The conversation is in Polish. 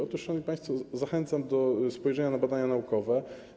Otóż, szanowni państwo, zachęcam do spojrzenia na badania naukowe.